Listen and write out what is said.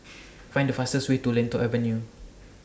Find The fastest Way to Lentor Avenue